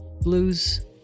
blues